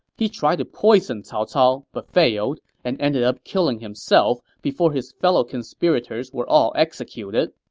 he tried to poison cao cao but failed, and ended up killing himself before his fellow conspirators were all executed.